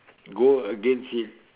go against it